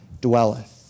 dwelleth